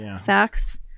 facts